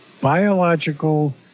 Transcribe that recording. biological